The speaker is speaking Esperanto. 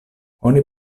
oni